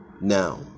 now